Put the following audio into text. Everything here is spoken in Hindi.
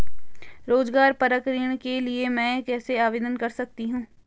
रोज़गार परक ऋण के लिए मैं कैसे आवेदन कर सकतीं हूँ?